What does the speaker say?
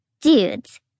Dudes